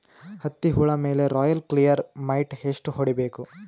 ಹತ್ತಿ ಹುಳ ಮೇಲೆ ರಾಯಲ್ ಕ್ಲಿಯರ್ ಮೈಟ್ ಎಷ್ಟ ಹೊಡಿಬೇಕು?